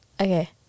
Okay